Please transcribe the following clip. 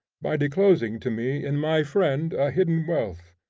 by disclosing to me in my friend a hidden wealth,